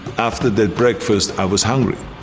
after that breakfast, i was hungry.